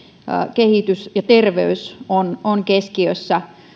kehitys ja terveys ovat keskiössä ja